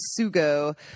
sugo